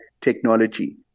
technology